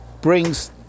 brings